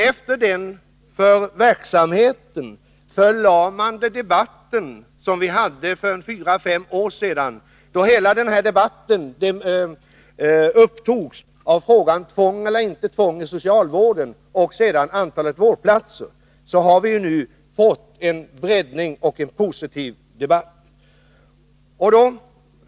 Efter den för verksamheten så förlamande debatt som fördes för fyra fem år sedan och som helt upptogs först av frågan om tvång eller inte tvång i socialvården och sedan av frågan om antalet vårdplatser har vi nu fått en bredare och mer positiv debatt.